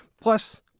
Plus